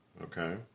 Okay